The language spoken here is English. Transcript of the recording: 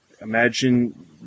Imagine